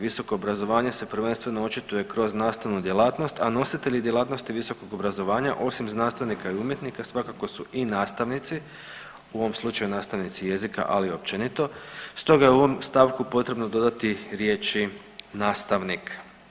Visoko obrazovanje se prvenstveno očituje kroz nastavnu djelatnost, a nositelji djelatnosti visokog obrazovanja osim znanstvenika i umjetnika svakako su i nastavnici, u ovom slučaju nastavnici jezika, ali i općenito, stoga je u ovom stavku potrebno dodati riječi „nastavnik“